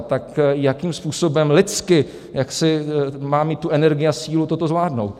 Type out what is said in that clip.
Tak jakým způsobem lidsky jaksi má mít tu energii a sílu toto zvládnout?